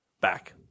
back